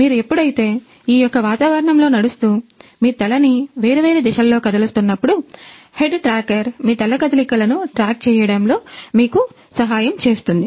మీరు ఎప్పుడైతే ఈ యొక్క వాతావరణంలో నడుస్తూ మీ తలని వేర్వేరు దిశల్లో కదిలిస్తున్నప్పుడు హెడ్ ట్రాకర్ మీ తల కదలికను ట్రాక్ చేయడంలో మీకు సహాయం చేస్తుంది